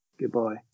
Goodbye